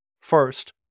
First